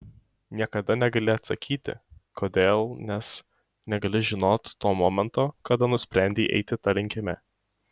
niekada negali atsakyti kodėl nes negali žinot to momento kada nusprendei eiti ta linkme